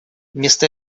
вместо